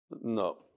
No